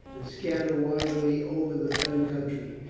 and scatter widely over the fen country,